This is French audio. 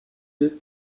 œufs